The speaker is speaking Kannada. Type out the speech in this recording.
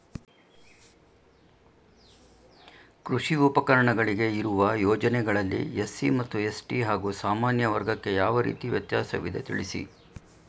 ಕೃಷಿ ಉಪಕರಣಗಳಿಗೆ ಇರುವ ಯೋಜನೆಗಳಲ್ಲಿ ಎಸ್.ಸಿ ಮತ್ತು ಎಸ್.ಟಿ ಹಾಗೂ ಸಾಮಾನ್ಯ ವರ್ಗಕ್ಕೆ ಯಾವ ರೀತಿ ವ್ಯತ್ಯಾಸವಿದೆ ತಿಳಿಸಿ?